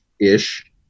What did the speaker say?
ish